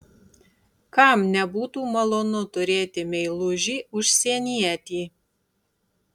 kam nebūtų malonu turėti meilužį užsienietį